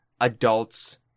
adults